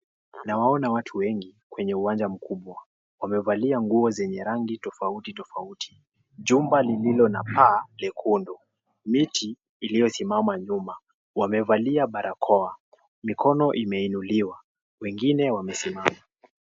Nawaona watu wengi kwenye uwanja mkubwa. Wamevalia nguo zenye rangi tofauti tofauti. Jumba lililo na paa lekundu, miti iliyosimama nyuma, wamevalia barakoa, mikono imeinuliwa, wengine wamesimama.